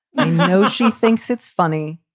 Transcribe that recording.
and oh, she thinks it's funny,